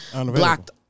blocked